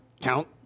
count